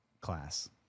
class